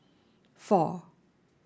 four